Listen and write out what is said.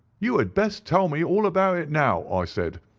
you had best tell me all about it now i said.